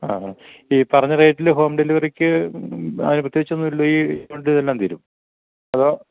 ആ ആ ഈ പറഞ്ഞ റേറ്റിൽ ഹോം ഡെലിവറിക്ക് ആയി പ്രത്യേകിച്ച് ഒന്നും ഇല്ലല്ലോ ഈ ഇതുകൊണ്ട് എല്ലാം തീരും അതോ